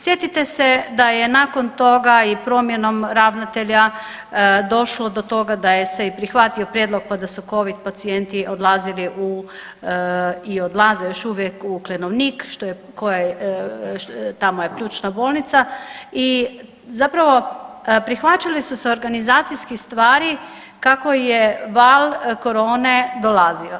Sjetite se da je nakon toga i promjenom ravnatelja došlo do toga da je se i prihvatio prijedlog pa da su Covid pacijenti odlazili u i odlaze još uvijek u Klenovnik, što je, tamo je ključna bolnica i zapravo prihvaćale su se organizacijskih stvari kako je val korone dolazio.